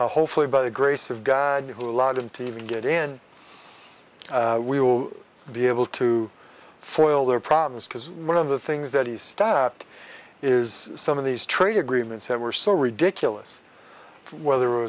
them hopefully by the grace of god who allowed him to get in we will be able to foil their problems because one of the things that he stabbed is some of these trade agreements that were so ridiculous whether it